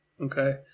Okay